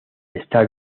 está